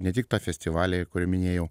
ne tik tą festivalį kurį minėjau